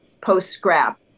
Post-scrap